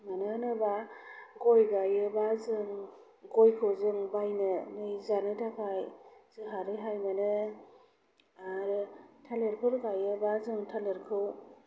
मानो होनोब्ला गय गायोब्ला जों गयखौ जों बायनानै जानो थाखाय जोहा रेहाय मोनो आरो थालिरफोर गायोब्ला जों थालिरखौ